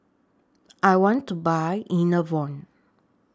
I want to Buy Enervon